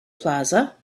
plaza